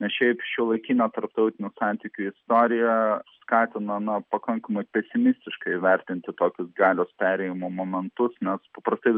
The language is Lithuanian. nes šiaip šiuolaikinio tarptautinių santykių istorija skatinama pakankamai pesimistiškai vertinti tokius galios perėjimo momentus nes paprastai